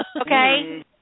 Okay